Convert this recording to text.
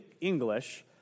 English